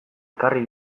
ekarri